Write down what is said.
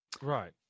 Right